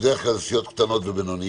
בדרך כלל הן סיעות קטנות ובינוניות.